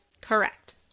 correct